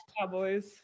cowboys